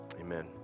Amen